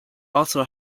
also